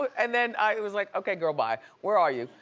and then it was like, okay, girl, bye. where are you?